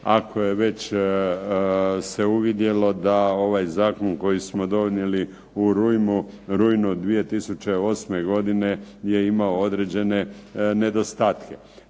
ako je već se uvidjelo da ovaj zakon koji smo donijeli u rujnu 2008. godine je imao određene nedostatke.